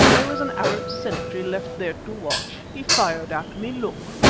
there was an arab sentry left there to watch. he fired at me, look!